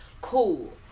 cool